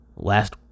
Last